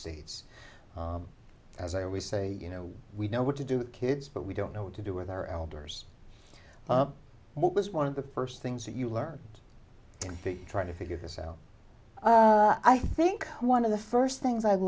states as i always say you know we know what to do with kids but we don't know what to do with our elders what was one of the first things that you learned trying to figure this out i think one of the first things i